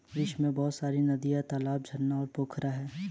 विश्व में बहुत सारी नदियां, तालाब, झरना और पोखरा है